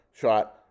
Shot